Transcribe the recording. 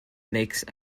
makes